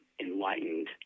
Enlightened